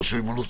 או הוא מספיק,